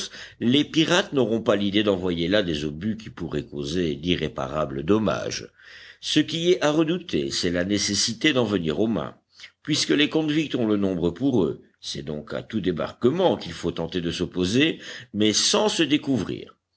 les pirates n'auront pas l'idée d'envoyer là des obus qui pourraient causer d'irréparables dommages ce qui est à redouter c'est la nécessité d'en venir aux mains puisque les convicts ont le nombre pour eux c'est donc à tout débarquement qu'il faut tenter de s'opposer mais sans se découvrir